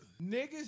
Niggas